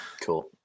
Cool